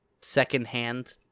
second-hand